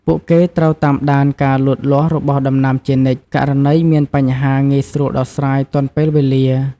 ពួកគេត្រូវតាមដានការលូតលាស់របស់ដំណាំជានិច្ច ករណីមានបញ្ហាងាយស្រួលដោះស្រាយទាន់ពេលវេលា។